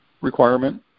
requirement